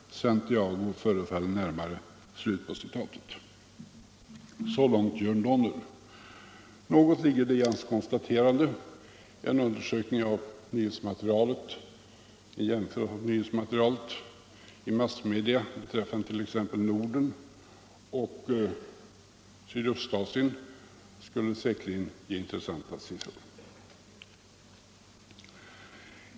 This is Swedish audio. Santiago förefaller närmare.” Så långt Jörn Donner. Något ligger det i hans konstateranden. En mätning av massmedias nyhetsmaterial om t.ex. Sydostasien och Norden skulle säkerligen ge intressanta siffror.